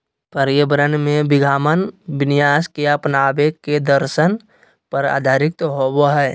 पर्यावरण में विद्यमान विन्यास के अपनावे के दर्शन पर आधारित होबा हइ